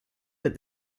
but